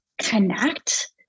connect